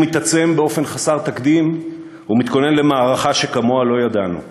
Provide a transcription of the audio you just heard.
הוא מתעצם באופן חסר תקדים ומתכונן למערכה שכמוה לא ידענו.